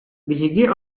биһиги